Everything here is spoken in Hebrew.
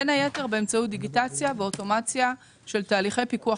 בין היתר באמצעות דיגיטציה ואוטומציה של תהליכי פיקוח